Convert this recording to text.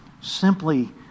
simply